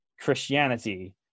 christianity